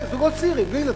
זוגות צעירים, בלי ילדים.